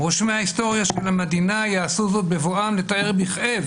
רושמי ההיסטוריה של המדינה יעשו זאת בבואם לתאר בכאב